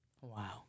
Wow